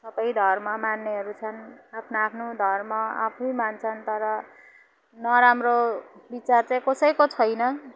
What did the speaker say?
सबै धर्म मान्नेहरू छन् आफ्नो आफ्नो धर्म आफै मान्छन् तर नराम्रो विचार चाहिँ कसैको छैन